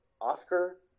Oscar